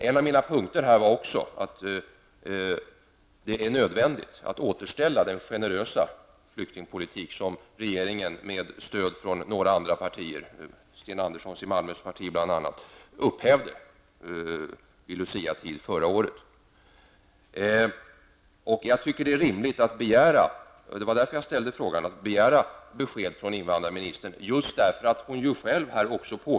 En av mina punkter var också att det är nödvändigt att återställa den generösa flyktingpolitik som regeringen med stöd av några andra partier -- bl.a. det parti som Sten Andersson i Malmö tillhör -- vid Luciatid förra året upphävde. Jag tycker att det är rimligt att begära besked från invandrarministern -- det var därför jag ställde frågan.